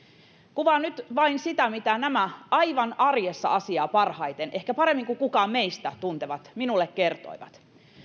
kuvaan nyt vain sitä mitä nämä aivan arjessa asiaa parhaiten ehkä paremmin kuin kukaan meistä tuntevat minulle kertoivat